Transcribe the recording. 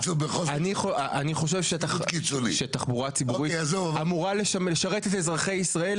אני חושב שהתחבורה הציבורית אמורה לשרת את אזרחי ישראל,